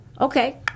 Okay